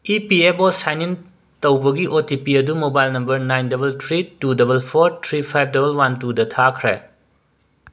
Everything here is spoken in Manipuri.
E P F O sign in ꯇꯧꯕꯒꯤ ꯑꯣ ꯇꯤ ꯄꯤ ꯑꯗꯨ mobile number nine double three two double four three five double one two ꯗ ꯊꯥꯈ꯭ꯔꯦ